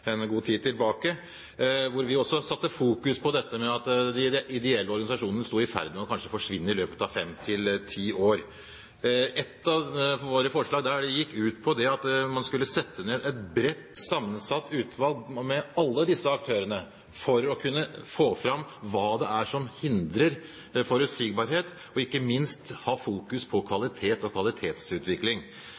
en god tid tilbake, hvor vi fokuserte på dette med at de ideelle organisasjonene kanskje var i ferd med å forsvinne i løpet av fem til ti år. Et av våre forslag der gikk ut på at man skulle nedsette et bredt sammensatt utvalg med alle disse aktørene, for å kunne få fram hva som hindrer forutsigbarhet, og ikke minst for å ha fokus på kvalitet og kvalitetsutvikling.